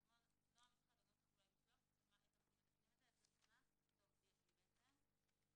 2018". סעיף 7(ב)